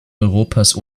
europas